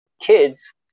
kids